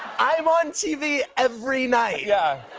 i'm on tv every night. yeah.